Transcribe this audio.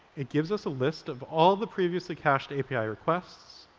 it gives us a list of all the previously-cached api requests,